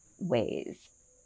ways